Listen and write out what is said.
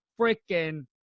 freaking